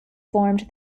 formed